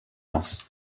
else